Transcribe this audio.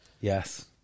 Yes